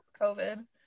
COVID